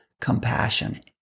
Compassion